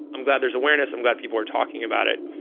i'm glad there's awareness. i'm glad people are talking about it,